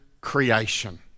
creation